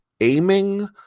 aiming